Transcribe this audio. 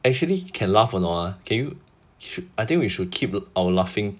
actually can laugh or not ah can you I think we should keep our laughing